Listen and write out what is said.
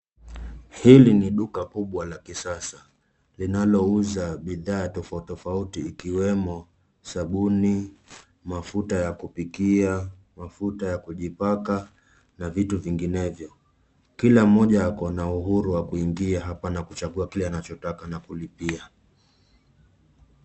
Hili ni duka kubwa la kisasa, linalouza bidhaa tofauti tofauti, ikiwemo, sabuni, mafuta ya kupikia, mafuta ya kujipaka, na vitu vinginevyo. Kila mmoja akona uhuru wa kuingia hapa, na kuchagua kile anachotaka, na kulipia.